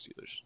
Steelers